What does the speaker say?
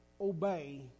obey